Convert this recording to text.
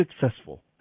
successful